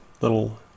little